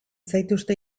zaituzte